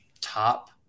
top